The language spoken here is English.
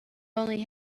only